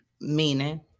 meaning